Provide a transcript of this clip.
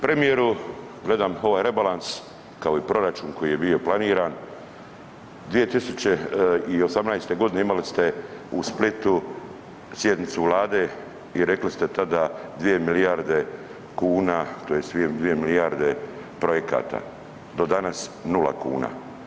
Premijeru, gledam ovaj rebalans kao i proračun koji je bio planiran, 2018. godine imali ste u Splitu sjednicu Vlade i rekli ste tada 2 milijarde kuna tj. 2 milijarde projekata, do danas nula kuna.